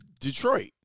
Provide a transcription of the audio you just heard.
Detroit